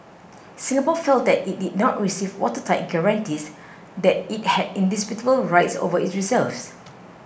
Singapore felt that it did not receive watertight guarantees that it had indisputable rights over its reserves